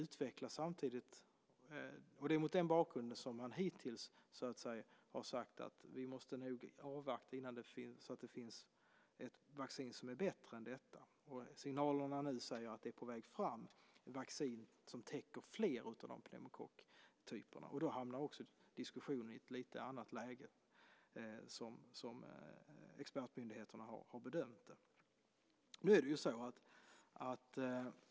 Det är mot den bakgrunden man hittills har sagt att vi nog måste avvakta så att det finns ett vaccin som är bättre än detta. Signalerna nu säger att det är ett vaccin på väg fram som täcker fler av pneumokocktyperna. Då hamnar också diskussionen i ett lite annat läge, som expertmyndigheterna har bedömt det.